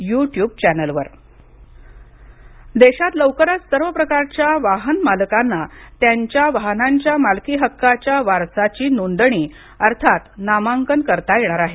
motor वाहन कायदा देशात लवकरच सर्व प्रकारच्या वाहन मालकांना त्यांच्या वाहनाच्या मालकी हक्काच्या वारसाची नोंदणी अर्थात नामांकन करता येणार आहे